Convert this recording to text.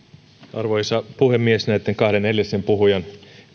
arvoisa puhemies näitten kahden edellisen puhujan